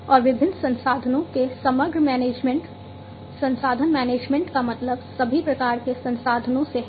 और विभिन्न संसाधनों के समग्र मैनेजमेंट संसाधन मैनेजमेंट का मतलब सभी प्रकार के संसाधनों से है